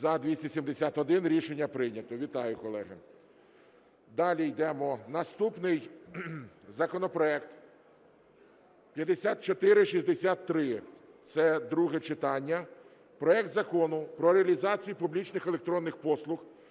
За-271 Рішення прийнято. Вітаю, колеги! Далі йдемо. Наступний законопроект - 5463, це друге читання. Проект Закону про реалізацію публічних електронних послуг